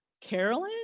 Carolyn